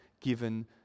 given